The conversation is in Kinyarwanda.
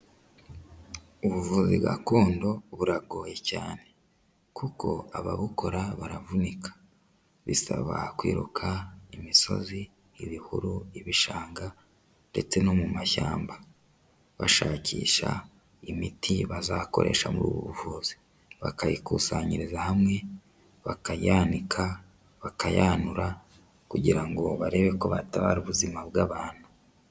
Ubuvuzi gakondo buragoye cyane, kuko ababukora baravunika bisaba kwiruka imisozi, ibihuru, ibishanga, ndetse no mu mashyamba bashakisha imiti bazakoresha mu buvuzi, bakayikusanyiriza hamwe bakayanika, bakayanura kugira ngo barebe ko batabara ubuzima bw'abantu.